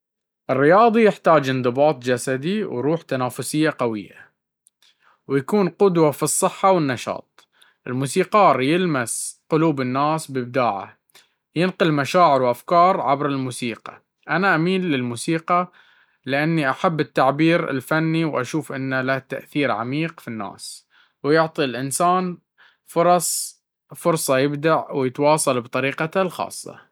الرياضي يحتاج انضباط جسدي وروح تنافس قوية، ويكون قدوة في الصحة والنشاط. الموسيقار يلمس قلوب الناس بإبداعه، ينقل مشاعر وأفكار عبر الموسيقى. أنا أميل للموسيقى، لأنني أحب التعبير الفني وأشوف إنه له تأثير عميق في الناس، ويعطي الإنسان فرصة يبدع ويتواصل بطريقته الخاصة.